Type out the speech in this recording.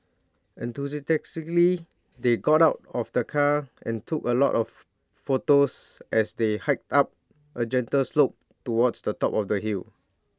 enthusiastically they got out of the car and took A lot of photos as they hiked up A gentle slope towards the top of the hill